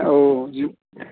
औ